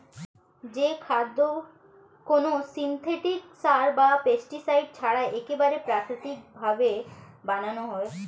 যে খাদ্য কোনো সিনথেটিক সার বা পেস্টিসাইড ছাড়া একবারে প্রাকৃতিক ভাবে বানানো হয়